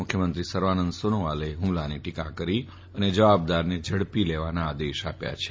મુખ્યમંત્રી સર્વાનંદ સોનોવાલે ફમલાની ટીકા કરી છે અને જવાબદારને ઝડપી લેવાના આદેશ આપ્યા છે